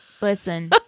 Listen